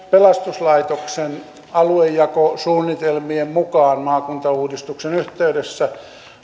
pelastuslaitoksen aluejakosuunnitelmien mukaan maakuntauudistuksen yhteydessä